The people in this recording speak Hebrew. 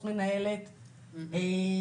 מאחר שזה היה כאילו,